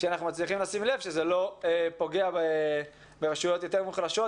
שאנחנו מצליחים לשים לב שזה לא פוגע ברשויות יותר מוחלשות,